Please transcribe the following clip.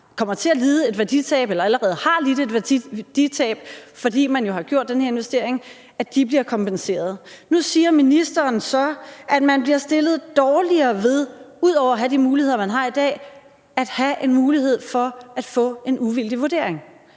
kommer til at lide et værditab eller allerede har lidt et værditab, fordi man jo har foretaget den her investering, bliver kompenseret. Nu siger ministeren så, at man bliver stillet dårligere ved – ud over at have de muligheder, man har i dag – at have en mulighed for at få en uvildig vurdering,